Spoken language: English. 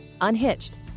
Unhitched